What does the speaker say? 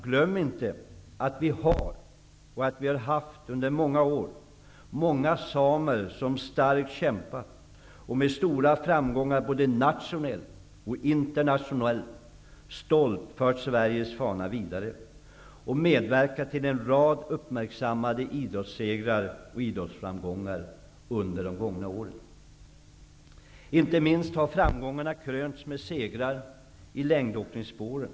Glöm inte att vi under många år har haft och nu har många samer som kämpat starkt och med stora framgångar både nationellt och internationellt stolt har fört Sveriges fana vidare. De har medverkat till en rad uppmärksammade idrottssegrar och idrottsframgångar under de gångna åren. Framgångarna har inte minst krönts med segrar i längdåkningsspåren.